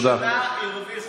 תודה רבה, באמת הצעת